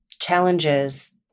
challenges